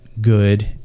good